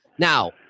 Now